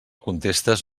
contestes